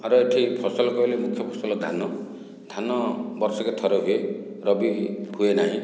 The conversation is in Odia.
ଆମର ଏଠି ଫସଲ କହିଲେ ମୁଖ୍ୟ ଫସଲ ଧାନ ଧାନ ବର୍ଷକେ ଥରେ ହୁଏ ରବି ହୁଏ ନାହିଁ